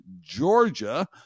Georgia